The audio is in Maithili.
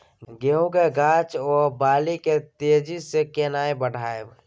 गेहूं के गाछ ओ बाली के तेजी से केना बढ़ाइब?